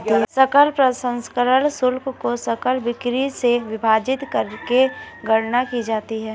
सकल प्रसंस्करण शुल्क को सकल बिक्री से विभाजित करके गणना की जाती है